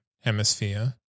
hemisphere